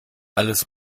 alles